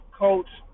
coach